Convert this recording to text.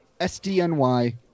SDNY